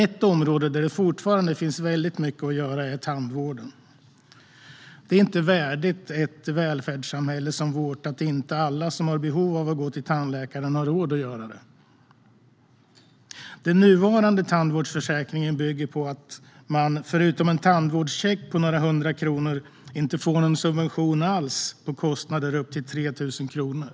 Ett område där det dock finns mycket att göra inom är tandvården. Det är inte värdigt ett välfärdssamhälle som vårt att inte alla som har behov av att gå till tandläkaren har råd att göra det. Den nuvarande tandvårdsförsäkringen bygger på att man förutom en tandvårdscheck på några hundra kronor inte får någon subvention alls på kostnader upp till 3 000 kronor.